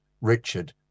richard